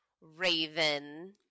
Raven